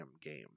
game